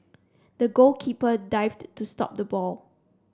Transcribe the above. the goalkeeper dived to stop the ball